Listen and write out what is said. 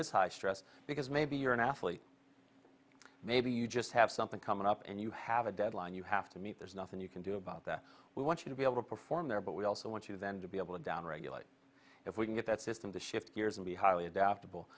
is high stress because maybe you're an athlete maybe you just have something coming up and you have a deadline you have to meet there's nothing you can do about that we want you to be able to perform there but we also want you then to be able to down regulate if we can get that system to shift gears and be highly adaptable